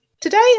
Today